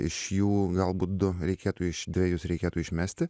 iš jų galbūt du reikėtų iš dvejus reikėtų išmesti